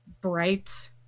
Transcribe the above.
bright